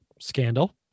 scandal